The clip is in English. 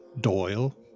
Doyle